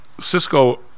Cisco